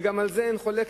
וגם על זה אין חולק,